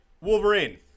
Wolverine